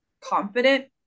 confident